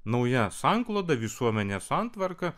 nauja sankloda visuomenės santvarka